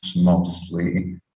mostly